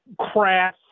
crass